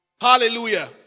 Hallelujah